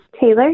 Taylor